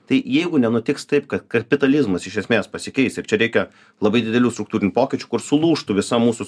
tai jeigu nenutiks taip kad kapitalizmas iš esmės pasikeis ir čia reikia labai didelių struktūrinių pokyčių kur sulūžtų visa mūsų